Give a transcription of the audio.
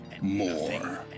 more